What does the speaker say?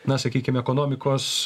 na sakykim ekonomikos